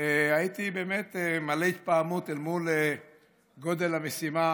הייתי באמת מלא התפעמות אל מול גודל המשימה